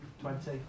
twenty